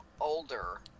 older